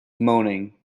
moaning